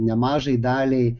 nemažai daliai